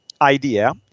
idea